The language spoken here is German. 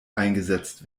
eingesetzt